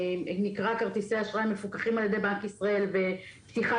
שנקרא כרטיסי אשראי מפוקחים על ידי בנק ישראל ופתיחה